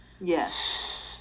Yes